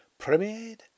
Premiered